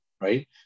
Right